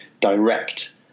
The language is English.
direct